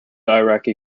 iraqi